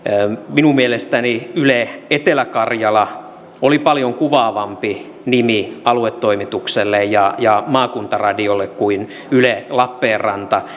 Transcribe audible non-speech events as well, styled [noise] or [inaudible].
minun mielestäni yle etelä karjala oli paljon kuvaavampi nimi aluetoimitukselle ja ja maakuntaradiolle kuin yle lappeenranta [unintelligible]